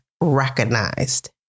recognized